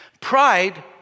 Pride